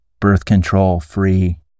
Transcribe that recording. birth-control-free